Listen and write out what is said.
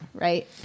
Right